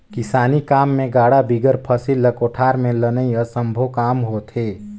किसानी काम मे गाड़ा बिगर फसिल ल कोठार मे लनई असम्भो काम होथे